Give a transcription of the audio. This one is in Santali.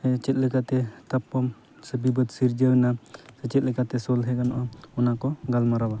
ᱪᱮᱫ ᱞᱮᱠᱟ ᱛᱮ ᱛᱟᱯᱟᱢ ᱥᱮ ᱵᱤᱟᱹᱫ ᱥᱤᱨᱡᱟᱹᱣ ᱮᱱᱟ ᱥᱮ ᱪᱮᱫ ᱞᱮᱠᱟ ᱛᱮ ᱥᱚᱞᱦᱮ ᱜᱟᱱᱚᱜᱼᱟ ᱚᱱᱟ ᱠᱚ ᱜᱟᱞᱢᱟᱨᱟᱣᱟ